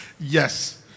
Yes